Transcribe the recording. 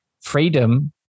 Freedom